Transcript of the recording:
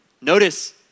Notice